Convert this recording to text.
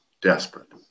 desperate